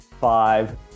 Five